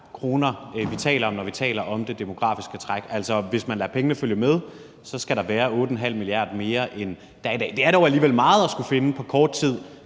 kr., vi taler om, når vi taler om det demografiske træk, altså at hvis man lader pengene følge med, skal der være 8,5 mia. kr. mere, end der er i dag. Det er dog alligevel meget at skulle finde på kort tid